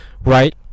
right